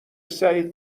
سعید